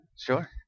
Sure